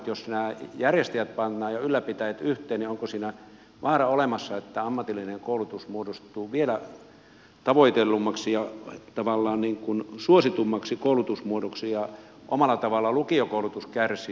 jos nämä järjestäjät ja ylläpitäjät pannaan yhteen niin onko siinä vaara olemassa että ammatillinen koulutus muodostuu vielä tavoitellummaksi ja tavallaan suositummaksi koulutusmuodoksi ja omalla tavallaan lukiokoulutus kärsii